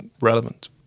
relevant